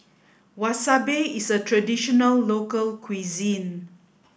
Wasabi is a traditional local cuisine